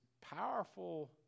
powerful